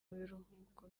biruhuko